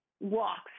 walks